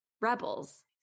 Rebels